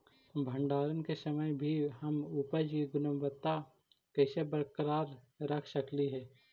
भंडारण के समय भी हम उपज की गुणवत्ता कैसे बरकरार रख सकली हे?